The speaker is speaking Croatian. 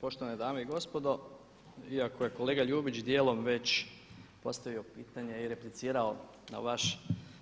Poštovane dame i gospodo iako je kolega Ljubić djelom već postavio pitanje i replicirao